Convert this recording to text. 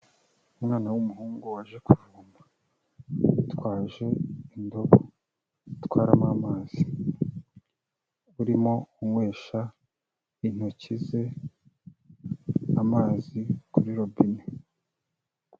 Umwana w'umuhungu waje kuvoma yitwaje indobo zitwaramo amazi, urimo unywesha intoki ze amazi kuri robine.